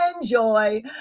Enjoy